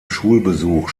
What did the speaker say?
schulbesuch